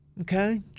Okay